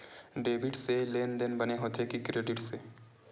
Debit से लेनदेन बने होथे कि क्रेडिट से?